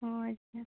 ᱦᱳᱭ ᱥᱮ